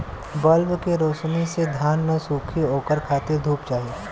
bulb के रौशनी से धान न सुखी ओकरा खातिर धूप चाही